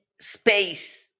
space